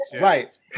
Right